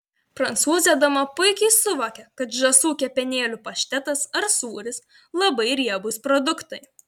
prancūzė dama puikiai suvokia kad žąsų kepenėlių paštetas ar sūris labai riebūs produktai